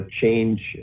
change